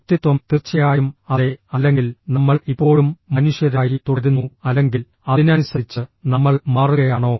വ്യക്തിത്വം തീർച്ചയായും അതെ അല്ലെങ്കിൽ നമ്മൾ ഇപ്പോഴും മനുഷ്യരായി തുടരുന്നു അല്ലെങ്കിൽ അതിനനുസരിച്ച് നമ്മൾ മാറുകയാണോ